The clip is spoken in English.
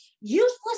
useless